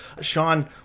Sean